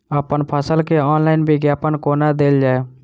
अप्पन फसल केँ ऑनलाइन विज्ञापन कोना देल जाए?